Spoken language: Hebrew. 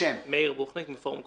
מאיר בוחניק, פורום קהלת.